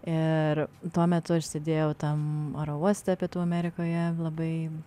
ir tuo metu aš sėdėjau tam aerouoste pietų amerikoje labai